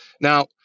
Now